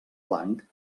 blanc